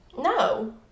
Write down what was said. No